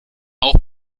auch